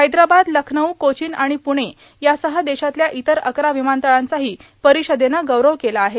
हैद्राबाद लखनऊ कोचीन आणि पुणे यासह देशातल्या इतर अकरा विमानतळांचाही परिषदेनं गौरव केला आहे